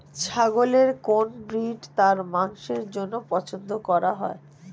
ছাগলের কোন ব্রিড তার মাংসের জন্য পছন্দ করা হয়?